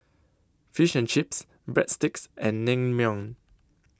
Fish and Chips Breadsticks and Naengmyeon